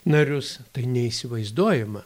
narius tai neįsivaizduojama